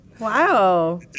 Wow